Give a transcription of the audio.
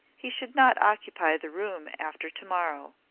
he should not occupy the room after to-morrow.